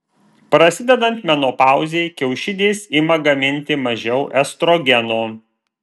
prasidedant menopauzei kiaušidės ima gaminti mažiau estrogeno